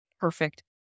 perfect